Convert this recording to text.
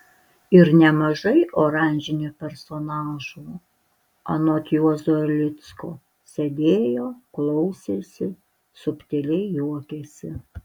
ir nemažai oranžinių personažų anot juozo erlicko sėdėjo klausėsi subtiliai juokėsi